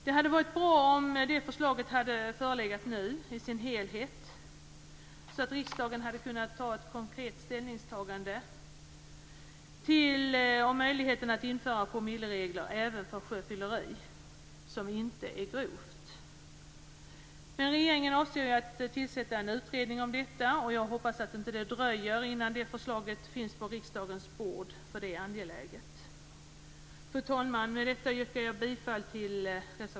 Det hade varit bra om det förslaget hade förelegat nu, i sin helhet, så att riksdagen hade kunnat ta ett konkret ställningstagande till möjligheten att införa promilleregler även för sjöfylleri som inte är grovt. Regeringen avser att tillsätta en utredning om detta. Jag hoppas att det inte dröjer innan det förslaget finns på riksdagens bord eftersom det är angeläget.